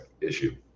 issue